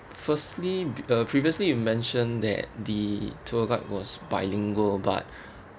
firstly uh previously you mentioned that the tour guide was bilingual but